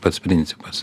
pats principas